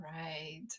right